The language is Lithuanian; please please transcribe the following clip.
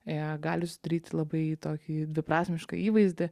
jie gali susidaryti labai tokį dviprasmišką įvaizdį